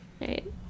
right